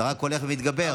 זה רק הולך ומתגבר.